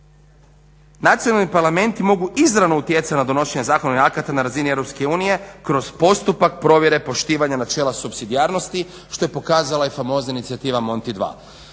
nacionalni parlamenti mogu izravno utjecati na donošenje zakonodavnih akata na razini EU kroz postupak provjere poštivanja načela supsidijarnosti što je pokazala i famozna inicijativa MONTI 2.